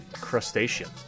crustacean